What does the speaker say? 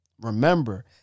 Remember